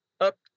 up